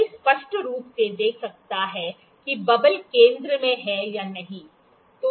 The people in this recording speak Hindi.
कोई स्पष्ट रूप से देख सकता है कि बबल केंद्र में है या नहीं